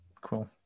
Cool